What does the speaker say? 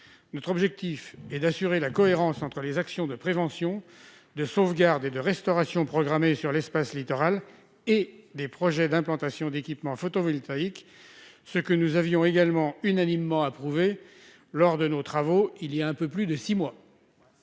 Notre objectif est d'assurer la cohérence entre, d'une part, les actions de prévention, de sauvegarde et de restauration programmées sur l'espace littoral, et, d'autre part, les éventuels projets d'implantation d'équipements photovoltaïques, ce que nous avions également unanimement approuvé lors de nos travaux, voilà un peu plus de six mois.